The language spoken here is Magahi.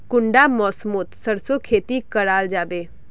कुंडा मौसम मोत सरसों खेती करा जाबे?